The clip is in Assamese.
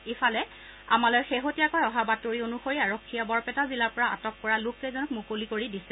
ইফালে আমালৈ শেহতীয়াকৈ অহা বাতৰি অনুসৰি আৰক্ষীয়ে বৰপেটা জিলাৰ পৰা আটক কৰা লোককেইজনক মুকলি কৰি দিয়া হৈছে